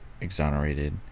exonerated